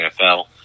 NFL